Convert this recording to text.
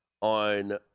on